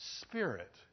spirit